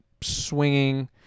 swinging